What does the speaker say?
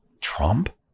Trump